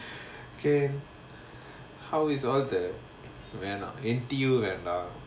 okay how is all the N_T_U and err